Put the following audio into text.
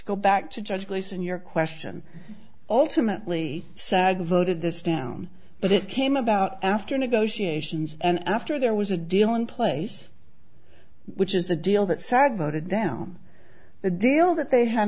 go back to judge place and your question alternately sag voted this down but it came about after negotiations and after there was a deal in place which is the deal that sag voted down the deal that they had